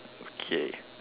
okay